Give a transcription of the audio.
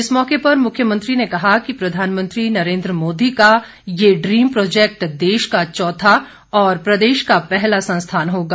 इस मौके पर मुख्यमंत्री ने कहा कि प्रधानमंत्री नरेन्द्र मोदी का ये ड्रीम प्रोजैक्ट देश का चौथा और प्रदेश का पहला संस्थान होगा